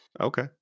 Okay